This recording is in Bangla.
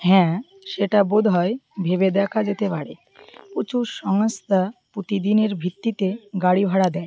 হ্যাঁ সেটা বোধহয় ভেবে দেখা যেতে পারে প্রচুর সংস্থা প্রতিদিনের ভিত্তিতে গাড়ি ভাড়া দেয়